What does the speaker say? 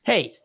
Hey